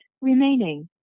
remaining